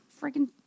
freaking